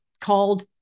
called